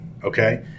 Okay